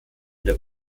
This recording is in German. der